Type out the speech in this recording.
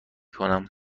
کنم